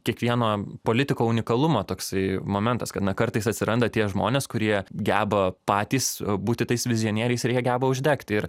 kiekvieno politiko unikalumo toksai momentas kad na kartais atsiranda tie žmonės kurie geba patys būti tais vizionieriais ir jie geba uždegti ir